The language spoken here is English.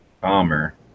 bomber